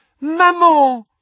Maman